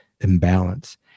imbalance